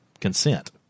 consent